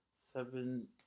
seven